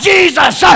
Jesus